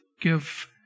give